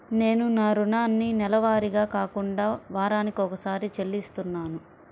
నేను నా రుణాన్ని నెలవారీగా కాకుండా వారానికోసారి చెల్లిస్తున్నాను